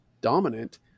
dominant